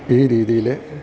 ഈ രീതിയില്